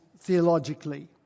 theologically